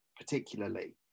particularly